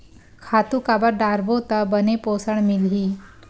खातु काबर डारबो त बने पोषण मिलही?